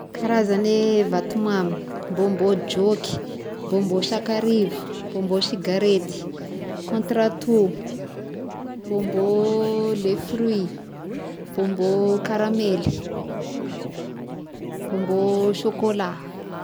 Karazagne vatomamy: bonbon jôky, bonbon sakarivo, bonbon sigarety, contre à toux, bonbon le fruit, bonbon karamely, bonbon chocolat.